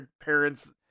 parents